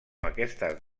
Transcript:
aquestes